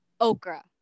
Okra